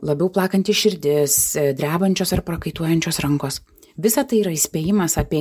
labiau plakanti širdis drebančios ar prakaituojančios rankos visa tai yra įspėjimas apie